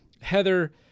Heather